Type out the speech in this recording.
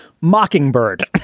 Mockingbird